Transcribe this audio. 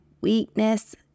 weakness